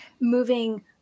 moving